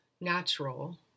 natural